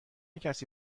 کسی